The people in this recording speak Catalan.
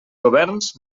governs